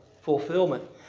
fulfillment